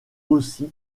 aussi